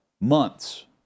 months